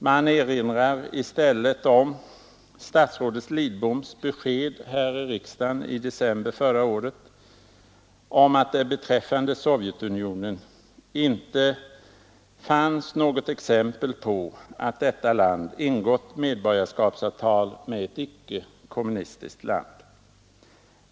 Man erinrar i stället om statsrådet Lidboms besked här i riksdagen i december förra året om att det inte fanns något exempel på att Sovjetunionen ingått medborgarskapsavtal med ett icke-kommunistiskt land.